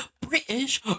British